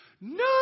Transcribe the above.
no